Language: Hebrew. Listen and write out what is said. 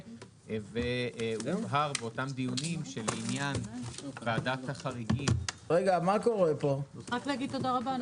והובהר באותם דיונים שלעניין ועדת החריגים --- רק להגיד תודה רבה,